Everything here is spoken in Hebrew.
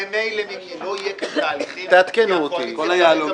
ממילא לא יהיו תהליכים בין הקואליציה לאופוזיציה